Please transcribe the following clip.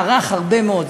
ארך הרבה מאוד זמן.